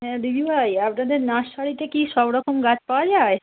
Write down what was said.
হ্যাঁ দিদিভাই আপনাদের নার্সারিতে কি সব রকম গাছ পাওয়া যায়